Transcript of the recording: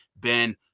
ben